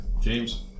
James